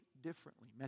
differently